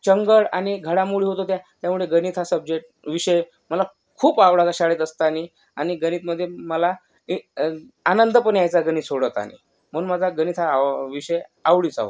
चंगळ आणि घडामोडी होत होत्या त्यामुळे गणित हा सब्जेक्ट विषय मला खूप आवडायचा शाळेत असताना आणि गणितामध्ये मला ए आनंद पण यायचा गणित सोडवतानी म्हणून माझा गणित हा आव विषय आवडीचा होता